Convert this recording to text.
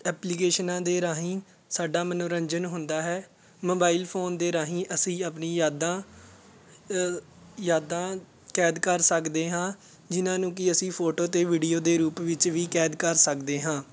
ਐਪਲੀਕੇਸ਼ਨਾਂ ਦੇ ਰਾਹੀਂ ਸਾਡਾ ਮਨੋਰੰਜਨ ਹੁੰਦਾ ਹੈ ਮੋਬਾਇਲ ਫੋਨ ਦੇ ਰਾਹੀਂ ਅਸੀਂ ਆਪਣੀ ਯਾਦਾਂ ਯਾਦਾਂ ਕੈਦ ਕਰ ਸਕਦੇ ਹਾਂ ਜਿਨ੍ਹਾਂ ਨੂੰ ਕਿ ਅਸੀਂ ਫੋਟੋ ਅਤੇ ਵੀਡੀਓ ਦੇ ਰੂਪ ਵਿੱਚ ਵੀ ਕੈਦ ਕਰ ਸਕਦੇ ਹਾਂ